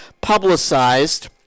publicized